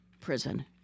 prison